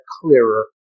clearer